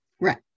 Right